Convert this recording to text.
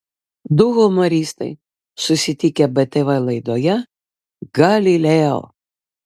du humoristai susitikę btv laidoje galileo